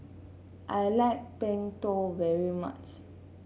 I like Png Tao very much